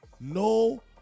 No